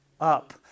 up